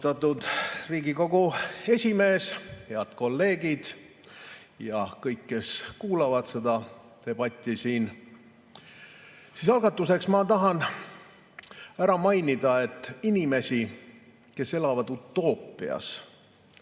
ja kõik, kes kuulavad seda debatti! Algatuseks ma tahan ära mainida, et inimesi, kes elavad utoopias